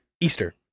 Easter